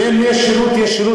ואם יש שילוט,